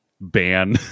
ban